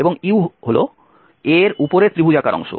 এবং U হল A এর উপরের ত্রিভুজাকার অংশ